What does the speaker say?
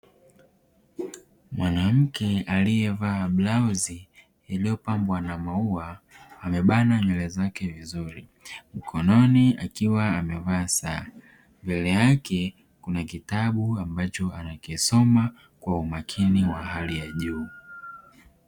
Mwanamke aliyevaa blauzi iliyopambwa na maua amebana nywele zake vizuri mkononi akiwa amevaa saa mbele yake kuna kitabu ambacho anakisoma kwa umakini wa hali ya juu.